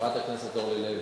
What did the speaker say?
חברת הכנסת אורלי לוי,